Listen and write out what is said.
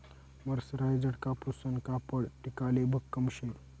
मरसराईजडं कापूसनं कापड टिकाले भक्कम शे